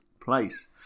place